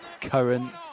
current